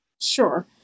Sure